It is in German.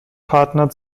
partner